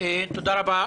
תודה רבה.